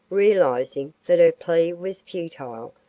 realizing that her plea was futile,